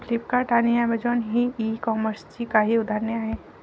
Flipkart आणि Amazon ही e कॉमर्सची काही उदाहरणे आहे